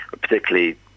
particularly